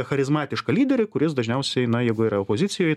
charizmatišką lyderį kuris dažniausiai na jeigu yra opozicijoj